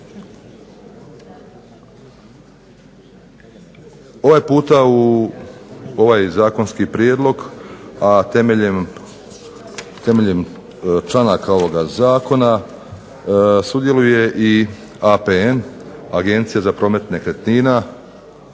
Ovaj puta u ovaj zakonski prijedlog, a temeljem članaka ovoga zakona sudjeluje i APN, Agencija za promet nekretnina,